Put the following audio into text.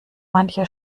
manche